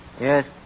Yes